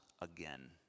again